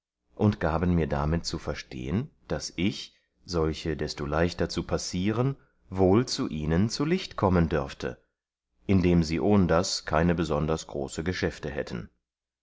und gaben mir damit zu verstehen daß ich solche desto leichter zu passieren wohl zu ihnen zu liecht kommen dörfte indem sie ohndas keine besonders große geschäfte hätten